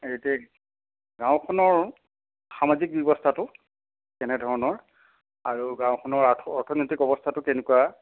গাঁওখনৰ সামাজিক ব্যৱস্থাটো কেনেধৰণৰ আৰু গাঁৱখনৰ অৰ্থনৈতিক অৱস্থাটো কেনেকুৱা